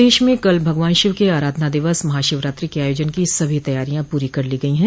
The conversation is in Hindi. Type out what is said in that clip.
प्रदेश में कल भगवान शिव के आराधना दिवस महाशिवरात्रि के आयोजन की सभी तैयारियां पूरी कर ली गई हैं